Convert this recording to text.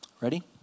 Ready